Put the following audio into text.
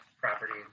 property